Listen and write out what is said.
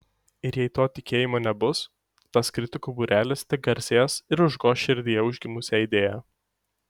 ir jei to tikėjimo nebus tas kritikų būrelis tik garsės ir užgoš širdyje užgimusią idėją